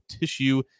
tissue